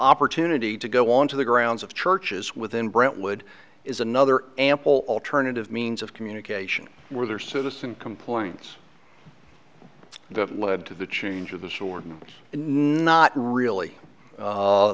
opportunity to go on to the grounds of churches within brentwood is another ample alternative means of communication were there citizen complaints that led to the change of the sword not really